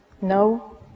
no